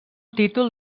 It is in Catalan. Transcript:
títol